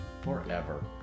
forever